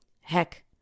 Heck